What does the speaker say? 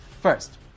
First